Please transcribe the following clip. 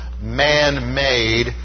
man-made